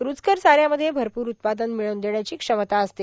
रुचकर चाऱ्यामध्ये भरपूर उत्पादन मिळवून देण्याची क्षमता असते